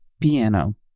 piano